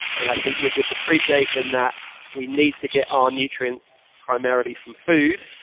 and i think with this appreciation that we need to get our nutrients primarily from food,